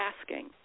asking